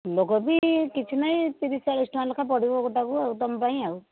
ଫୁଲକୋବି କିଛି ନାହିଁ ତିରିଶ ଚାଳିଶ ଟଙ୍କା ଲେଖା ପଡ଼ିବ ଗୋଟାକୁ ତୁମ ପାଇଁ ଆଉ